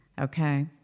okay